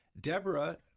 Deborah